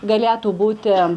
galėtų būti